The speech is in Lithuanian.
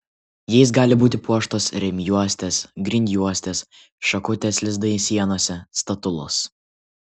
jais gali būti puoštos rėmjuostės grindjuostės šakutės lizdai sienose statulos